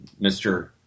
Mr